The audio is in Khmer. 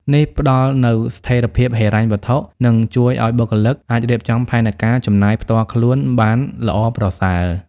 នេះផ្ដល់នូវស្ថិរភាពហិរញ្ញវត្ថុ និងជួយឲ្យបុគ្គលិកអាចរៀបចំផែនការចំណាយផ្ទាល់ខ្លួនបានល្អប្រសើរ។